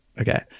Okay